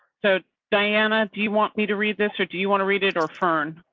so, diana, do you want me to read this or do you want to read it or from.